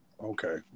Okay